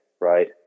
right